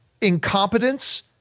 incompetence